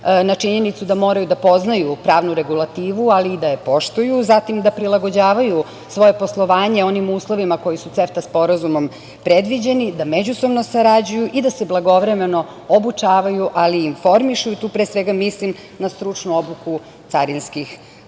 na činjenicu da moraju da poznaju pravnu regulativu, ali i da je poštuju, zatim, da prilagođavaju svoje poslovanje onim uslovima koji su CEFTA sporazumom predviđeni, da međusobno sarađuju i da se blagovremeno obučavaju, ali i informišu. Tu, pre svega, mislim na stručnu obuku carinskih